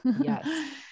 Yes